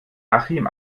achim